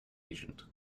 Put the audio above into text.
agent